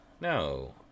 no